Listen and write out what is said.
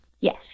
Yes